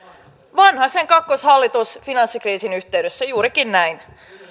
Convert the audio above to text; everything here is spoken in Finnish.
vanhasen kakkoshallitus finanssikriisin yhteydessä juurikin näin